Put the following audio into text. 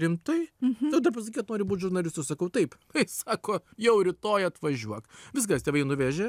rimtai tada pasakyk kad nori būt žurnalistu sakau taip tai sako jau rytoj atvažiuok viskas tėvai nuvežė